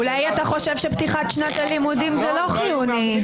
אולי אתה חושב שפתיחת שנת הלימודים זה לא חיוני.